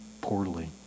poorly